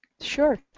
Sure